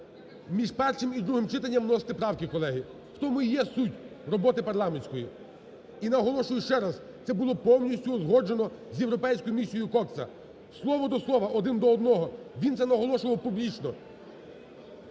Між першим і другим читанням вносити правки, колеги, в тому і є суть роботи парламентської. І наголошую ще раз, це було повністю узгоджено з європейською місією Кокса, слово до слова, один до одного, він же наголошував публічно.